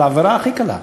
על עבירה הכי קלה.